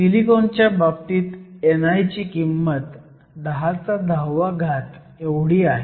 सिलिकॉनच्या बाबतीत ni ची किंमत 1010 आहे